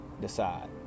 decide